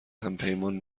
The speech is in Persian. همپیمان